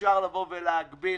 אפשר להגביל,